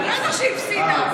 בטח שהיא הפסידה.